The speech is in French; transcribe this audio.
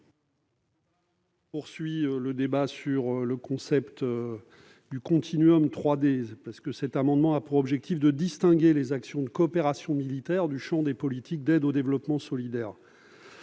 poursuivons le débat sur le concept du continuum 3D. Cet amendement vise à distinguer les actions de coopération militaire du champ des politiques d'aide au développement solidaire.